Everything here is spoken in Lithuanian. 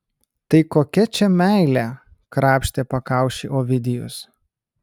tai kokia čia meilė krapštė pakaušį ovidijus